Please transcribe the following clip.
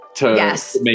Yes